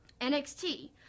NXT